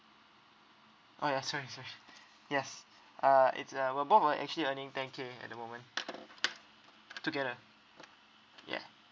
oh ya sorry sorry yes uh it's uh we're both we're actually earning ten K at the moment together yeah